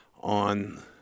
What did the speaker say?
on